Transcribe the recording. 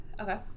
Okay